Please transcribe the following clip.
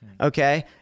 okay